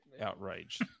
outraged